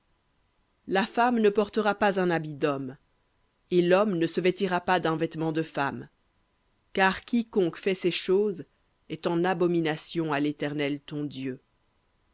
la femme ne portera pas un habit d'homme et l'homme ne se vêtira pas d'un vêtement de femme car quiconque fait ces choses est en abomination à l'éternel ton dieu